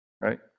right